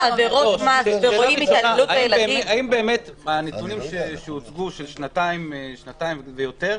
--- האם באמת הנתונים שהוצגו של שנתיים ויותר,